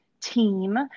team